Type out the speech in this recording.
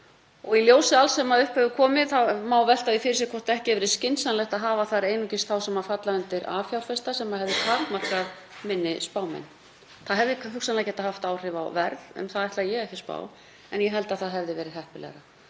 og í ljósi alls sem upp hefur komið má velta því fyrir sér hvort ekki væri skynsamlegt að hafa þar einungis þá sem falla undir A-fjárfesta sem hefði takmarkað minni spámenn. Það hefði hugsanlega getað haft áhrif á verð, um það ætla ég ekki að spá, en ég held að það hefði verið heppilegra.